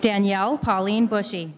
danielle pauline bushy